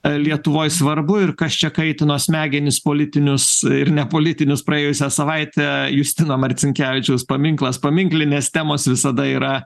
lietuvoje svarbu ir kas čia kaitino smegenis politinius ir nepolitinius praėjusią savaitę justino marcinkevičiaus paminklas paminklinės temos visada yra